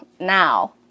now